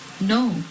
no